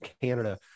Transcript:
Canada